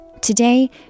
Today